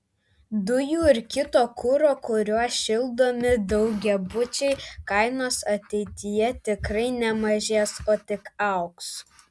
dujų ir kito kuro kuriuo šildomi daugiabučiai kainos ateityje tikrai nemažės o tik augs